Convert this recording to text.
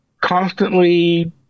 constantly